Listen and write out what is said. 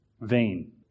vain